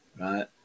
Right